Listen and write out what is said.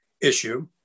issue